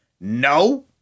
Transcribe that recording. No